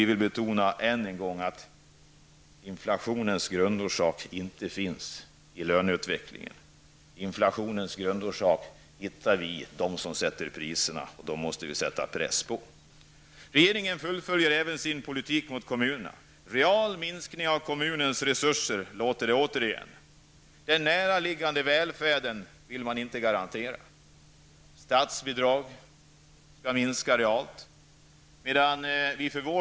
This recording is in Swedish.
Vi betonar än en gång att inflationens grundorsak inte ligger i löneutvecklingen. Grundorsaken hittar vi i stället hos dem som sätter priserna, och dessa måste vi sätta press på. Regeringen fullföljer även sin politik gentemot kommunerna. En real minskning av kommunernas resurser, är vad man åter för höra. Den näraliggande välfärden vill man inte garantera. Statsbidragen skall minska realt sätt.